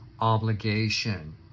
obligation